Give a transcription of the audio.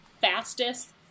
fastest